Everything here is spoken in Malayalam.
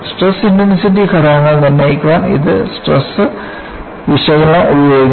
സ്ട്രെസ് ഇന്റെൻസിറ്റി ഘടകങ്ങൾ നിർണ്ണയിക്കാൻ ഇത് സ്ട്രെസ് വിശകലനം ഉപയോഗിക്കുന്നു